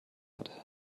hat